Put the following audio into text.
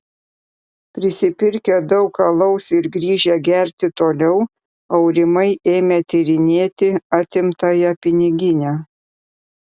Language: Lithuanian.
prisipirkę daug alaus ir grįžę gerti toliau aurimai ėmė tyrinėti atimtąją piniginę